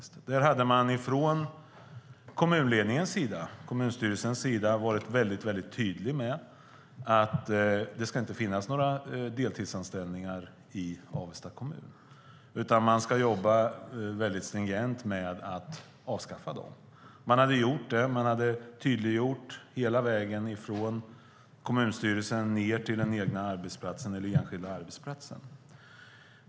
Kommunstyrelsen hade varit tydlig med att det inte ska finnas några deltidsanställningar i Avesta kommun, utan man jobbade stringent med att avskaffa dem. Man hade gjort det hela vägen från kommunstyrelsen till den enskilda arbetsplatsen.